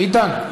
ביטן.